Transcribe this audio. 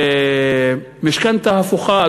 משכנתה הפוכה,